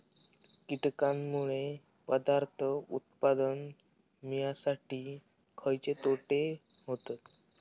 कीटकांनमुळे पदार्थ उत्पादन मिळासाठी खयचे तोटे होतत?